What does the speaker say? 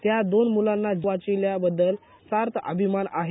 त्या दोन मुलांना वाचवल्याबद्दल सार्थ अभिमान आहे